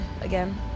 again